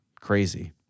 crazy